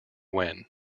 when